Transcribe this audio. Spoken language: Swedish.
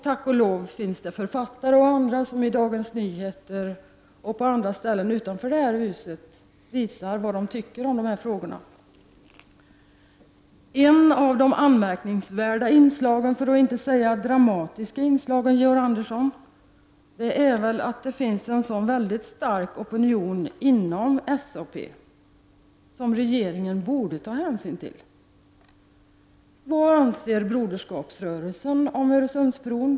Tack och lov finns författare och andra som i Dagens Nyheter och på andra ställen utanför det här huset visar vad de anser om dessa frågor. Ett av de anmärkningsvärda inslagen, för att inte säga dramatiska, Georg Andersson, är att det finns en så stark opinion inom SAP som regeringen borde ta hänsyn till. Vad anser Broderskapsrörelsen om Öresundsbron?